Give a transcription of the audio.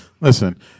listen